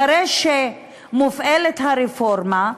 אחרי שמופעלת הרפורמה,